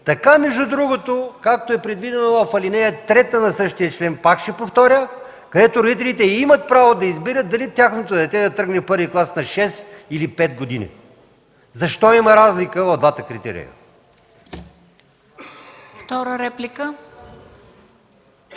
на обучение, както е предвидено в ал. 3 на същия член, пак ще повторя, където родителите имат право да избират дали тяхното дете да тръгне в първи клас на шест или на пет години. Защо има разлика в двата критерия?